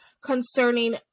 concerning